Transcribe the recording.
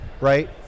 right